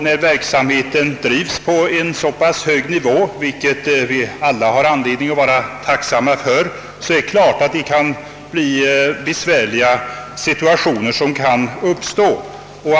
När verksamheten drivs på en hög nivå — vilket vi alla har anledning att vara tacksamma för är det klart att besvärliga situationer kan uppstå.